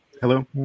Hello